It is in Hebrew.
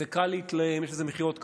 קל להתלהם, יש לזה מחיאות כפיים,